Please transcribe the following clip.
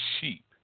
sheep